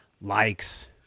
likes